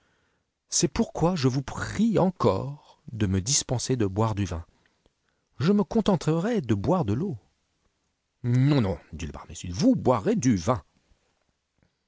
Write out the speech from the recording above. c'est pourquoi je vous prie encore de me dispenser de boire du vin je me contenterai de boire de l'eau non non dit le barmécide vous boirez du vin